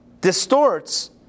distorts